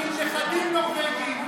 ממנים נכדים נורבגים.